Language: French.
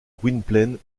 gwynplaine